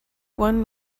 one